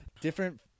Different